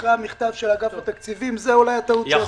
אחרי המכתב של אגף התקציבים זאת אולי הטעות שעשינו.